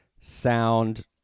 sound